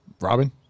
Robin